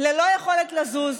ללא יכולת לזוז,